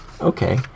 Okay